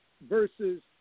versus